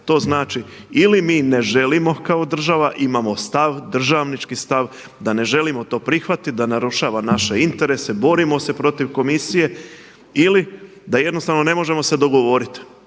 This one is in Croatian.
to znači ili mi ne želimo kao država, imamo stav državnički stav da ne želimo to prihvatiti da narušava naše interese, borimo se protiv komisije ili da se jednostavno ne možemo dogovoriti.